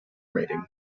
rating